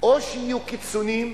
או שיהיו קיצוניים